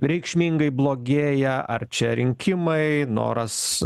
reikšmingai blogėja ar čia rinkimai noras